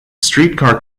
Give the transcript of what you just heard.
streetcar